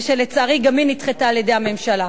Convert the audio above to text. ושלצערי גם היא נדחתה על-ידי הממשלה.